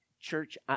church